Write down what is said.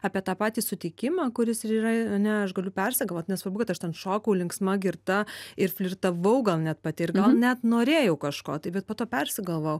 apie tą patį sutikimą kuris ir yra ane aš galiu persigalvot nesvarbu kad aš ten šokau linksma girta ir flirtavau gal net pati ir gal net norėjau kažko tai bet po to persigalvojau